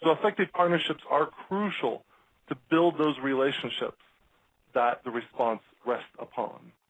effective partnerships are crucial to build those relationships that the response rests upon.